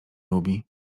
lubi